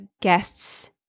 guests